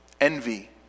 Envy